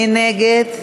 מי נגד?